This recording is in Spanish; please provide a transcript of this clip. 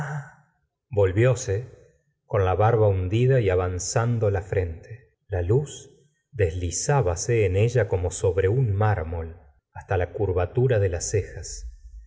él volvióse con la barba hundida y avanzando la frente la luz deslizábase en ella como sobre un mármol hasta la curvatura de las cejas